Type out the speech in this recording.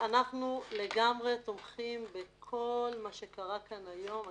אנחנו לגמרי תומכים בכל מה שקרה כאן היום.